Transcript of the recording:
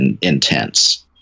intense